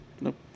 Nope